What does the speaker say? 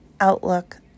outlook